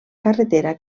carretera